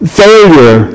failure